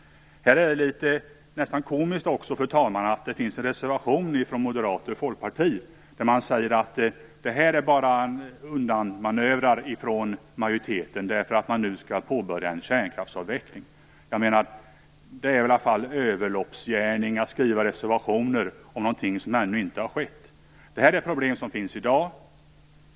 Fru talman! Det är nästan litet komiskt att det finns en reservation från Moderaterna och Folkpartiet där de säger att detta bara är undanmanövrar från majoriteten därför att en kärnkraftsavveckling skall påbörjas. Det är väl i alla fall en överloppsgärning att skriva reservationer om någonting som ännu inte har skett! Detta är ett problem som finns i dag.